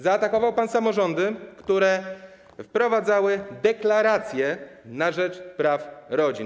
Zaatakował pan samorządy, które wprowadzały deklarację na rzecz praw rodzin.